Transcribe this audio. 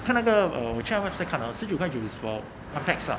看那个 err 我去要 website 看 hor 十九块九 is for one packs lah